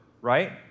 right